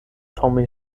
tommy